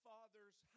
Father's